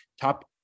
top